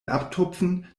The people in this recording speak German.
abtupfen